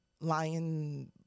Lion